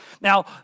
Now